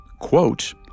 quote